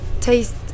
taste